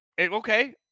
Okay